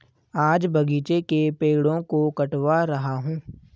आज बगीचे के पेड़ों को कटवा रहा हूं